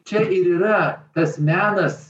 čia ir yra tas menas